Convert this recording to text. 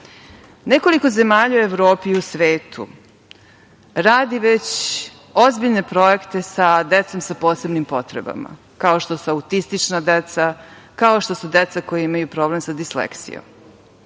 internet. Nekoliko zemalja u Evropi i u svetu radi već ozbiljne projekte sa decom sa posebnim potrebama, kao što su autistična deca, kao što su deca koja imaju problem sa disleksijom.